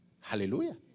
hallelujah